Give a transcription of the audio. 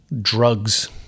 drugs